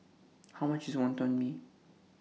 How much IS Wantan Mee